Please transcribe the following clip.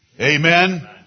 Amen